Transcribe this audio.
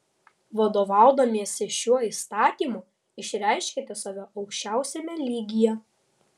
vadovaudamiesi šiuo įstatymu išreiškiate save aukščiausiame lygyje